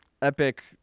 epic